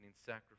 sacrifice